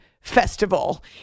Festival